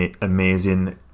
amazing